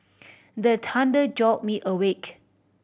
the thunder jolt me awake